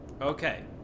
Okay